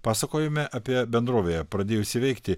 pasakojome apie bendrovėje pradėjusį veikti